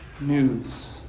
news